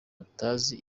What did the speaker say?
batazi